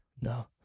No